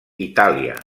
itàlia